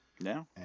No